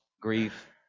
grief